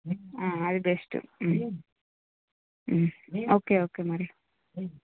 అది best okay okay మరి